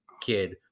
kid